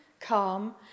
calm